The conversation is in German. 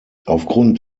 aufgrund